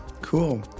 cool